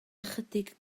ychydig